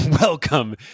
Welcome